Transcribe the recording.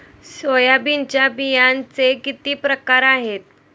सोयाबीनच्या बियांचे किती प्रकार आहेत?